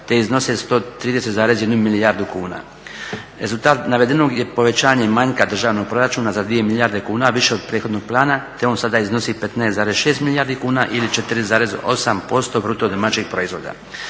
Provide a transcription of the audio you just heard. te iznose 130,1 milijardu kuna. Rezultat navedenog je povećanje manjka državnog proračuna za 2 milijarde kuna više od prethodnog plana te on sada iznosi 15,6 milijardi kuna ili 4,8% BDP-a. Zamjenik ministra